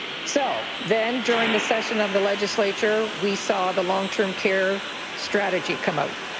so then during the session of the legislature, we saw the long-term care strategy come out.